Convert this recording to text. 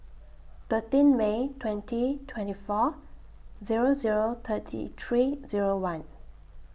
thirteen May twenty twenty four Zero Zero thirty three Zero one